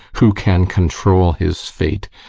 who can control his fate?